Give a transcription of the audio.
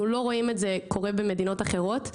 אנחנו לא רואים את זה קורה במדינות אחרות.